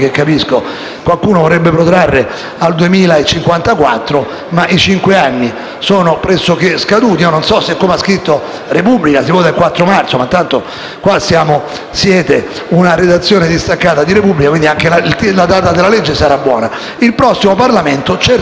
si voterà il 4 marzo, ma tanto qui siete una redazione distaccata di quel giornale, quindi anche la data sarà buona. Il prossimo Parlamento certamente non potrà portare a ulteriori conseguenze questo modo errato e assurdo di legiferare, del quale chi